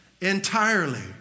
entirely